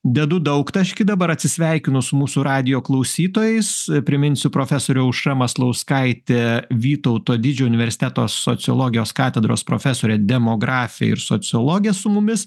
dedu daugtaškį dabar atsisveikinu su mūsų radijo klausytojais priminsiu profesorė aušra maslauskaitė vytauto didžio universiteto sociologijos katedros profesorė demografė ir sociologė su mumis